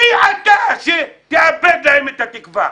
מי אתה שתאבד להם את התקווה?